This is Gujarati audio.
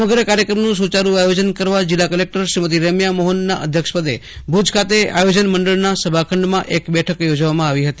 સમગ્ર કાર્યક્રમનું સુચારૂ આયોજન કરવા જિલ્લા કલેકટર શ્રીમતી રેમ્યા મોહનના અધ્યક્ષપદે ભુજ ખાતે આયોજનમંડળના સભાખંડમાં એક બેઠક યોજવામાં આવી હતી